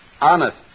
honest